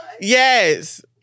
Yes